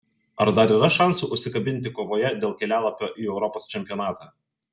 ar dar yra šansų užsikabinti kovoje dėl kelialapio į europos čempionatą